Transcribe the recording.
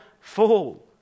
fall